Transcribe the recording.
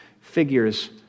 figures